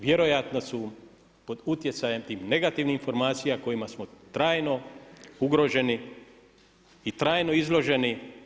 Vjerojatno su pod utjecajem tih negativnih informacija kojima smo trajno ugroženi i trajno izloženi.